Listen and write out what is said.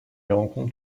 rencontre